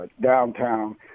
downtown